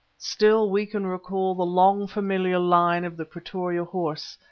still we can recall the long familiar line of the pretoria horse,